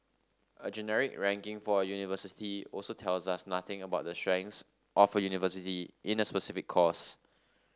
a generic ranking for a university also tells us nothing about the strengths of a university in a specific course